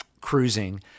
Cruising